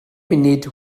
munud